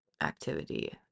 activity